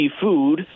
food